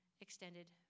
extended